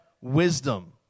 wisdom